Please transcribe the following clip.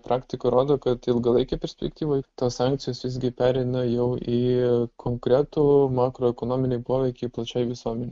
praktika rodo kad ilgalaikėje perspektyvoje tos sankcijos visgi pereina jau į konkretų makroekonominį poveikį plačiai visuomenei